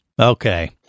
Okay